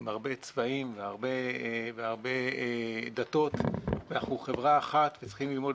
עם הרבה צבעים והרבה דתות ואנחנו חברה אחת וצריכים ללמוד